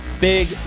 Big